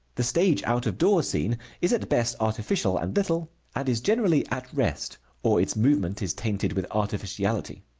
the stage out-of-door scene is at best artificial and little and is generally at rest, or its movement is tainted with artificiality.